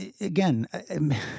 again